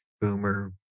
boomer